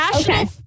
Okay